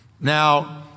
Now